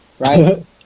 Right